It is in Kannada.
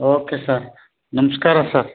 ಓಕೆ ಸರ್ ನಮಸ್ಕಾರ ಸರ್